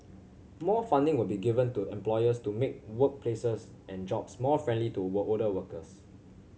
more funding will be given to employers to make workplaces and jobs more friendly to older workers